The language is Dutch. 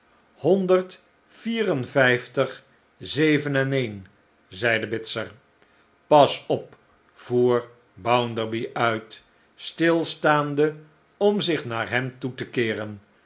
zeven en een zeide bitzer pas op voer bounderby uit stilstaande om zich naar hem toe te keeren